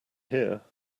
here